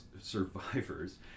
survivors